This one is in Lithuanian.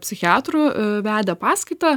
psichiatrų vedė paskaitą